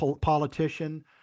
politician